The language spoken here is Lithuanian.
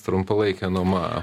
trumpalaikė nuoma